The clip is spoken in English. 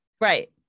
right